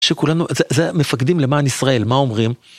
שכולנו, זה מפקדים למען ישראל, מה אומרים?